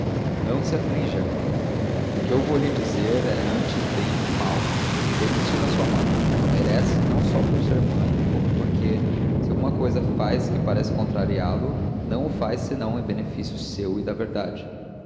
não se aflija o que lhe vou dizer é antes bem que mal sei que estima sua mãe ela o merece não só por ser mãe como porque se alguma cousa faz que parece contrariá-lo não o faz senão em benefício seu e da verdade